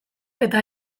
eta